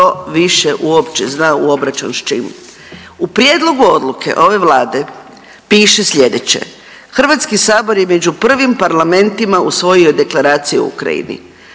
više uopće zna u obračun s čim. U Prijedlogu odluke ove Vlade piše sljedeće, Hrvatski sabor je među prvim parlamentima usvojio Deklaraciju o Ukrajini.